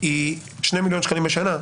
2,000,000 שקלים לשנה.